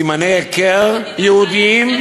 סימני היכר יהודיים,